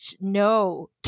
no